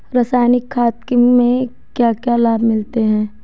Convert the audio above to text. रसायनिक खाद के क्या क्या लाभ मिलते हैं?